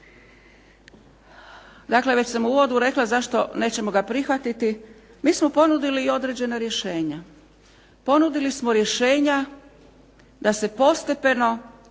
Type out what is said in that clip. Dakle, već sam u uvodu rekla zašto nećemo ga prihvatiti. Mi smo ponudili i određena rješenja. Ponudili smo rješenja da se postepeno